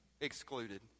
excluded